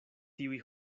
tiuj